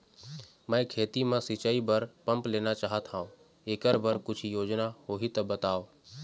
मैं खेती म सिचाई बर पंप लेना चाहत हाव, एकर बर कुछू योजना होही त बताव?